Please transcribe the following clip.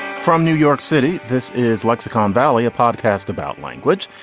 from new york city, this is lexicon valley, a podcast about language.